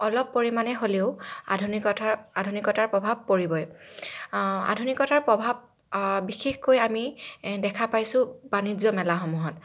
অলপ পৰিমাণে হলেও আধুনিকতাৰ আধুনিকতাৰ প্ৰভাৱ পৰিবই আধুনিকতাৰ প্ৰভাৱ বিশেষকৈ আমি দেখা পাইছোঁ বাণিজ্য মেলাসমূহত